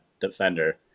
Defender